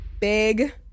Big